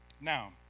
Now